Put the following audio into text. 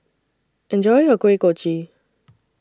Enjoy your Kuih Kochi